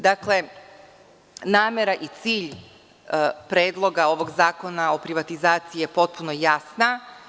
Dakle, namera i cilj predloga ovog Zakona o privatizaciji je potpuno jasna.